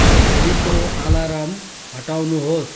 भोलिको अलार्म हटाउनुहोस्